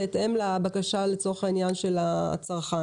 בהתאם לבקשה של הצרכן.